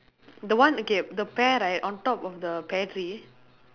the one okay the pear right on top of the pear tree